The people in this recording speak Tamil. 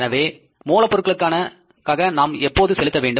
எனவே மூலப் பொருட்களுக்காக நாம் எப்போது செலுத்த வேண்டும்